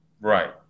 Right